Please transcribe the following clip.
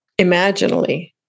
imaginally